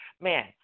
man